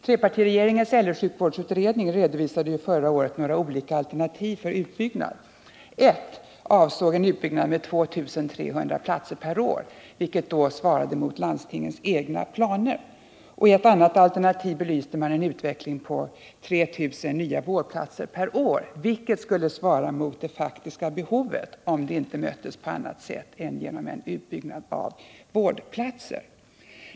Trepartiregeringens äldresjukvårdsutredning redovisade ju förra året några olika alternativ för utbyggnad. Det första avsåg en utbyggnad med 2 300 platser per år, vilket då svarade mot landstingens egna planer. I ett annat alternativ belyste man en utveckling med 3 000 vårdplatser per år, vilket skulle svara mot det faktiska behovet, om det inte möttes på annat sätt än genom en utbyggnad av antalet vårdplatser.